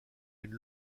une